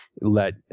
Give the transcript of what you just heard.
let